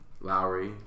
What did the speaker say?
Lowry